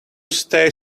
stay